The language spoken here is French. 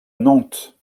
nantes